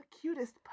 cutest